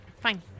Fine